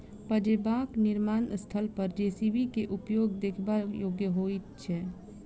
पजेबाक निर्माण स्थल पर जे.सी.बी के उपयोग देखबा योग्य होइत छै